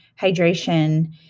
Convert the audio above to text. hydration